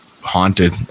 haunted